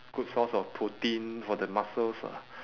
good source of protein for the muscles ah